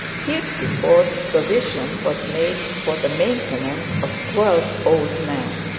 heretofore, provision was made for the maintenance of twelve old men.